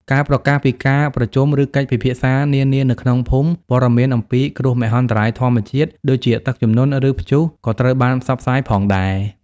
ការប្រកាសពី ការប្រជុំ ឬកិច្ចពិភាក្សានានានៅក្នុងភូមិ ព័ត៌មានអំពី គ្រោះមហន្តរាយធម្មជាតិ ដូចជាទឹកជំនន់ ឬព្យុះក៏ត្រូវបានផ្សព្វផ្សាយផងដែរ។